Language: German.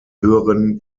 höheren